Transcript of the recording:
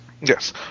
Yes